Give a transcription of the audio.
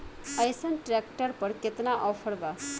अइसन ट्रैक्टर पर केतना ऑफर बा?